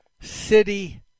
city